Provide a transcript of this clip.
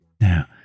Now